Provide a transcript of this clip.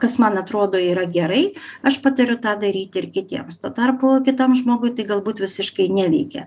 kas man atrodo yra gerai aš patariu tą daryti ir kitiems tuo tarpu kitam žmogui tai galbūt visiškai neveikia